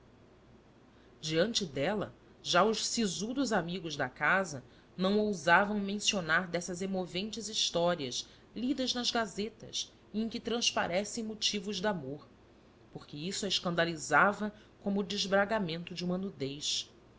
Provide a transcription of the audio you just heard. diante dela já os sisudos amigos da casa não ousavam mencionar dessas comoventes histórias lidas nas gazetas e em que transparecem motivos de amor porque isso a escandalizava como o desbragamento de uma nudez